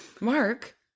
Mark